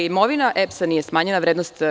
Imovina EPS-a nije smanjila vrednost.